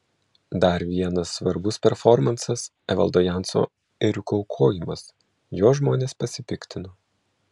dar vienas svarbus performansas evaldo janso ėriuko aukojimas juo žmonės pasipiktino